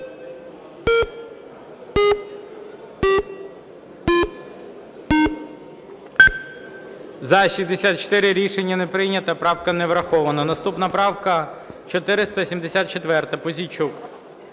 За-64 Рішення не прийнято. Правка не врахована. Наступна правка 474. Пузійчук.